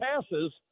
passes